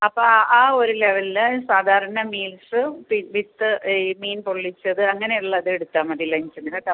അപ്പം ആ ഒരു ലെവലിൽ സാധാരണ മീൽസ് വിത്ത് ഈ മീൻ പൊള്ളിച്ചത് അങ്ങനെ ഉള്ളത് എടുത്താൽ മതി ലഞ്ചിന് കേട്ടോ